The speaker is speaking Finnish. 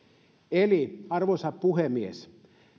eli arvoisa puhemies